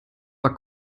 war